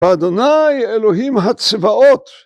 אדוני אלוהים הצבאות